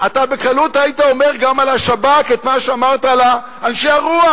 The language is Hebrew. אתה בקלות היית אומר גם על השב"כ את מה שאמרת על אנשי הרוח,